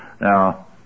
Now